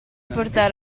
portare